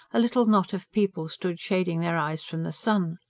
a little knot of people stood shading their eyes from the sun.